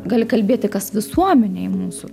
gali kalbėti kas visuomenėj mūsų